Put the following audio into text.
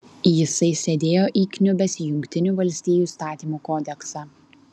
jisai sėdėjo įkniubęs į jungtinių valstijų įstatymų kodeksą